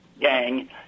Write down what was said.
gang